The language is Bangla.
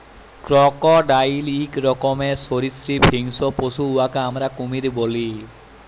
ক্রকডাইল ইক রকমের সরীসৃপ হিংস্র পশু উয়াকে আমরা কুমির ব্যলি